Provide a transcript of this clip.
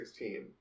2016